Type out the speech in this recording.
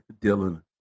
Dylan